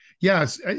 Yes